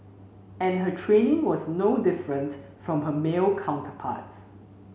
and her training was no different from her male counterparts